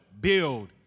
build